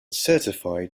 certify